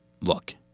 look